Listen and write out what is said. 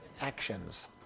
actions